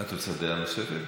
את רוצה דעה נוספת?